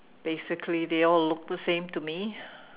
basically they all look the same to me